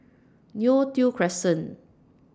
Neo Tiew Crescent